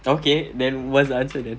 okay then what's the answer then